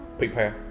prepare